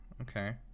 Okay